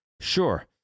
Sure